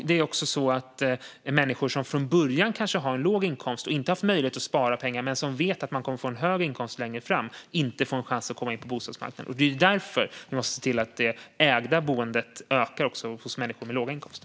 Det är också så att människor som i början har låg inkomst och inte har möjlighet att spara pengar men som vet att de kommer att få högre inkomst längre fram inte får en chans att komma in på bostadsmarknaden. Det är därför vi måste se till att det ägda boendet ökar också hos människor med låga inkomster.